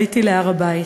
עליתי להר-הבית.